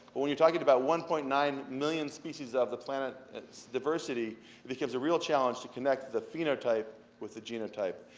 but when you're talking about one point nine million species of the planet's diversity, it becomes a real challenge to connect the phenotype with the genotype,